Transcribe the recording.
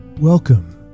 Welcome